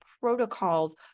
protocols